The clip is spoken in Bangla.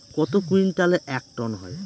কত কুইন্টালে এক টন হয়?